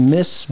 Miss